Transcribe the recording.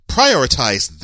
Prioritize